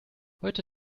heute